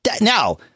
now